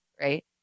right